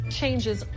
changes